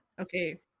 Okay